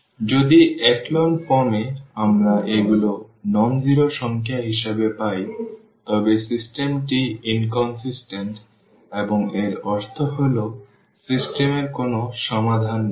সুতরাং যদি echelon form এ আমরা এগুলি অ শূন্য সংখ্যা হিসাবে পাই তবে সিস্টেমটি অসামঞ্জস্যপূর্ণ এবং এর অর্থ হল সিস্টেম এর কোনো সমাধান নেই